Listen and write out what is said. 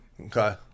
Okay